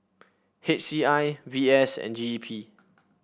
H C I V S and G E P